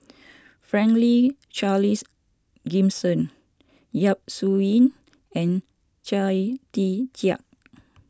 Franklin Charles Gimson Yap Su Yin and Chia Tee Chiak